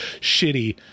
shitty